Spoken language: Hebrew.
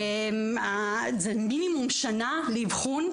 זה מינימום שנה לאבחון.